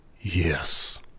Yes